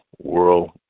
world